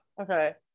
Okay